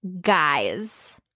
Guys